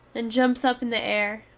and jumps up in the air.